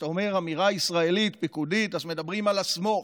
כשאתה אומר אמירה ישראלית פיקודית אז מדברים על ה"סמוך",